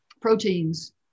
proteins